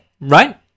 right